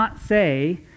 say